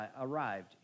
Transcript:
arrived